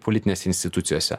politinėse institucijose